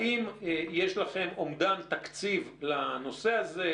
האם יש לכם אומדן תקציב לנושא הזה?